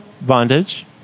bondage